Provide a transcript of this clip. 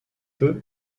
peu